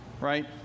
right